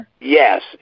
Yes